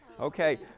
Okay